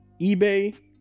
eBay